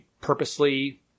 purposely